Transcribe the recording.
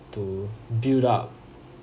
to build up